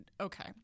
okay